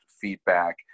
feedback